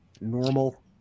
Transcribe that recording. normal